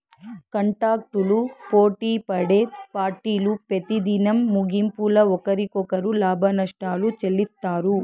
కాంటాక్టులు పోటిపడే పార్టీలు పెతిదినం ముగింపుల ఒకరికొకరు లాభనష్టాలు చెల్లిత్తారు